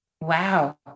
wow